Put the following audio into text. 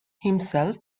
himself